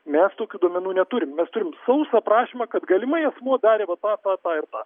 mes tokių duomenų neturim mes turim sausą aprašymą kad galimai asmuo darė va tą tą tą ir tą